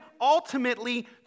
ultimately